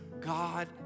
God